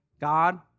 God